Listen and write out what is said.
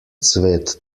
cvet